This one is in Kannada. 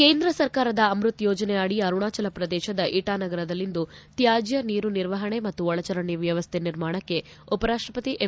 ಕೇಂದ್ರ ಸರ್ಕಾರದ ಅಮೃತ್ ಯೋಜನೆ ಅಡಿ ಅರುಣಾಚಲ ಪ್ರದೇಶದ ಇಟಾ ನಗರದಲ್ಲಿಂದು ತ್ಯಾಜ್ಯ ನೀರು ನಿರ್ವಹಣೆ ಮತ್ತು ಒಳಚರಂಡಿ ವ್ವವಸ್ಥೆ ನಿರ್ಮಾಣಕ್ಕೆ ಉಪರಾಷ್ಟಪತಿ ಎಂ